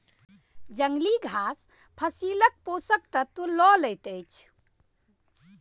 जंगली घास फसीलक पोषक तत्व लअ लैत अछि